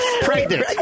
Pregnant